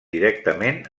directament